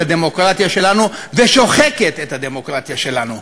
הדמוקרטיה שלנו ושוחקת את הדמוקרטיה שלנו.